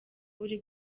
uri